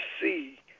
see